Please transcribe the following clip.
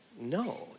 No